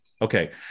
Okay